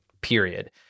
period